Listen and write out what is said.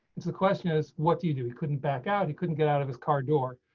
it's the question is what do you do, he couldn't back out. he couldn't get out of his car door.